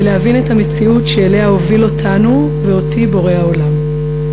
ולהבין את המציאות שאליה הוביל אותנו ואותי בורא העולם.